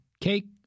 cake